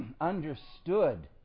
understood